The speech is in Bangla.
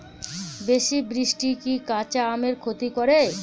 বেশি বৃষ্টি কি কাঁচা আমের ক্ষতি করে?